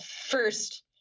First